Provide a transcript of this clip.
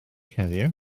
heddiw